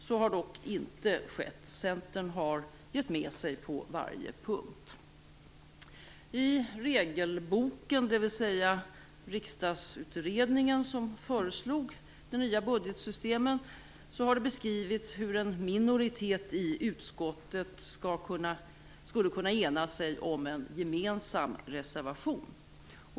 Så har dock inte skett; Centern har gett med sig på varje punkt. I regelboken, dvs. Riksdagsutredningen, som föreslog det nya budgetsystemet, har det beskrivits hur en minoritet i utskottet skulle kunna ena sig om en gemensam reservation.